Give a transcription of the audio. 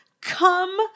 come